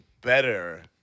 better